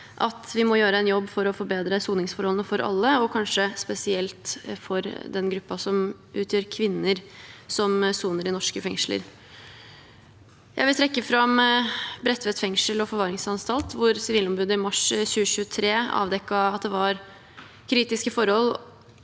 at vi må gjøre en jobb for å forbedre soningsforholdene for alle, og kanskje spesielt for den gruppen som utgjøres av kvinner som soner i norske fengsler. Jeg vil trekke fram Bredtveit fengsel og forvaringsanstalt, hvor Sivilombudet i mars 2023 avdekket at det var kritiske forhold,